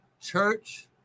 church